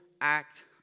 act